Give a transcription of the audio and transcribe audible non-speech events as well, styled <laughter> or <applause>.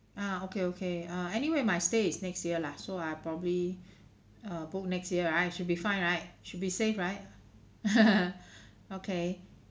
ah okay okay uh anyway my stay it's next year lah so I probably uh book next year right should be fine right should be save right <laughs> okay